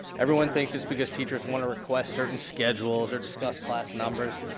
everyone thinks it's because teachers want to request certain schedules or discuss class numbers.